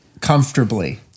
comfortably